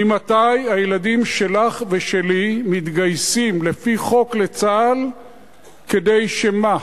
ממתי הילדים שלך ושלי מתגייסים לפי חוק לצה"ל כדי שמה?